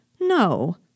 No